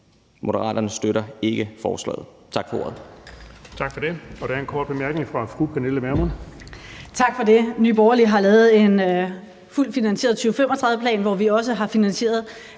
Moderaterne støtter ikke forslaget. Tak for ordet.